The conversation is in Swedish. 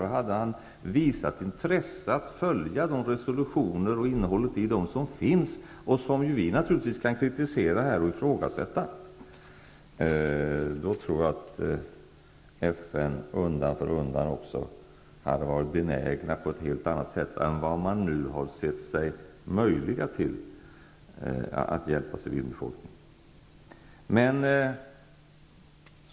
Hade Saddam Hussein visat ett intresse för att följa de resolutioner som finns och som vi här naturligtvis kan kritisera och ifrågasätta, tror jag att man i FN undan för undan hade varit benägen på ett helt annat sätt än man nu ansett vara möjligt när det gäller att hjälpa civilbefolkningen.